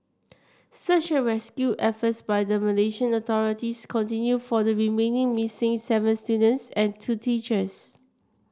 search rescue efforts by the Malaysian authorities continue for the remaining missing seven students and two teachers